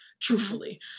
Truthfully